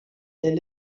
der